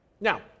now